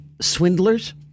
swindlers